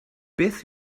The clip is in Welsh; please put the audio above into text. beth